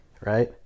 right